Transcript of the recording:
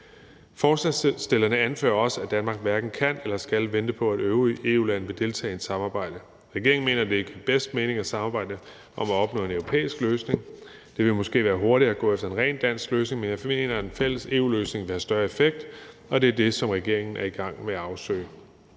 Forslagsstillerne anfører også, at Danmark hverken kan eller skal vente på, at øvrige EU-lande vil deltage i et samarbejde. Regeringen mener, at det vil give mest mening at samarbejde om at opnå en europæisk løsning. Det ville måske være hurtigere at gå efter en ren dansk løsning, men jeg mener, at en fælles EU-løsning vil have større effekt, og det er det, som regeringen er i gang med at afsøge.